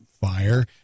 fire